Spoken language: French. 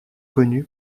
connu